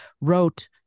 wrote